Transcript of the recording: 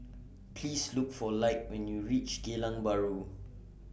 Please Look For Lige when YOU REACH Geylang Bahru